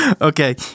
Okay